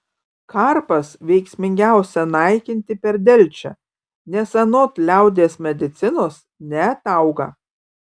karpas veiksmingiausia naikinti per delčią nes anot liaudies medicinos neatauga